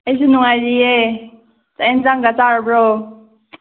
ꯑꯩꯁꯨ ꯅꯨꯡꯉꯥꯏꯔꯤꯑꯦ ꯆꯥꯛ ꯌꯦꯟꯁꯥꯡꯒ ꯆꯥꯔꯕ꯭ꯔꯣ